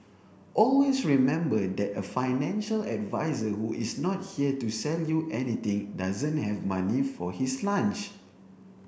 always remember that a financial advisor who is not here to sell you anything doesn't have money for his lunch